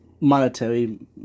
Monetary